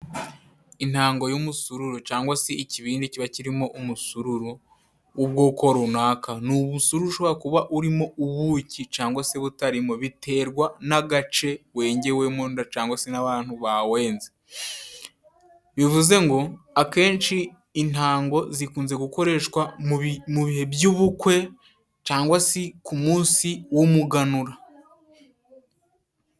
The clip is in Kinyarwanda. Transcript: Intango y'umusururu cyangwa se ikibindi kiba kirimo umusururu w'ubwoko runaka. Ni umusururu ushobora kuba urimo ubuki cyangwa se butarimo biterwa n'agace wengewemo cyangwa se n'abantu bawenze. Bivuze ngo akenshi intango zikunze gukoreshwa mu bihe by'ubukwe ,cyangwa se ku munsi w'umuganura.